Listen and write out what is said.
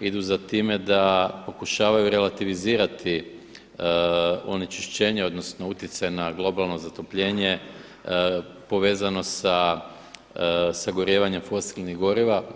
idu za time da pokušavaju relativizirati onečišćenje odnosno utjecaj na globalno zatopljenje povezano sa sagorijevanjem fosilnih goriva.